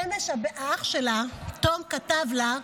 אמש האח שלה תם כתב לה,